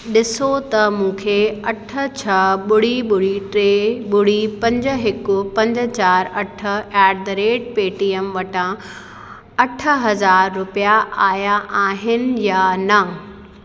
ॾिसो त मूंखे अठ छ ॿुड़ी ॿुड़ी टे ॿुड़ी पंज हिकु पंज चारि अठ ऐट द रेट पेटीएम वटां अठ हज़ार रुपिया आहिया आहिनि या न